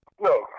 no